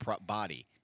body